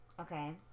okay